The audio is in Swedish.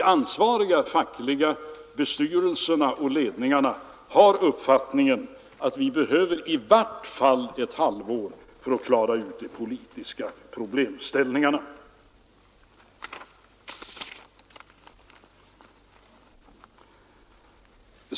De ansvariga fackliga ledningarna har uppfattningen att de behöver i vart fall ett halvår till för att klara ut de praktiska problemställningarna.